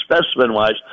specimen-wise